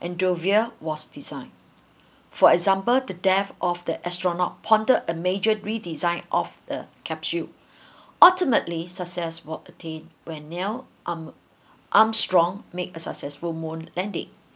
was designed for example the deaths of the astronaut pointed a major redesign of the capsule ultimately successful attain when neil arm~ armstrong make a successful moon landing